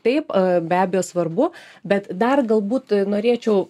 taip be abejo svarbu bet dar galbūt norėčiau